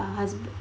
uh husband